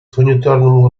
санитарному